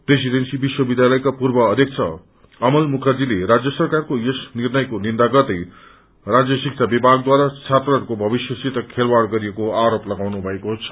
presidency विश्वविद्यालयका पूर्व अध्यक्ष अमल मुखर्जीले राज्य सरकारको यस निर्णयको निन्दा गर्दै राज्य शिक्षा विभागद्वारा छत्रहस्को भविष्यसित खेलवाड गरिएको आरोप लगाउनु मएको छ